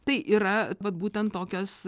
tai yra vat būtent tokios